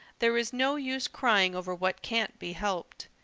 there is no use crying over what can't be helped.